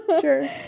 sure